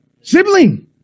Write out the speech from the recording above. sibling